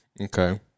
Okay